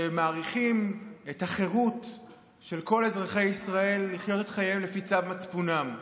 שמעריכים את החירות של כל אזרחי ישראל לחיות את חייהם לפי צו מצפונם,